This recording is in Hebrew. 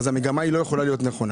אז המגמה היא לא יכולה להיות נכונה.